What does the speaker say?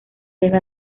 debe